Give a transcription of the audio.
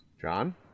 john